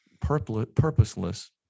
purposeless